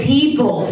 people